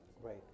Right